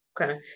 okay